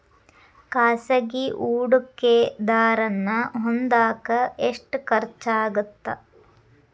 ಖಾಸಗಿ ಹೂಡಕೆದಾರನ್ನ ಹೊಂದಾಕ ಎಷ್ಟ ಖರ್ಚಾಗತ್ತ